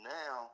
now